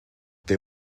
they